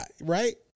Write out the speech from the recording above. right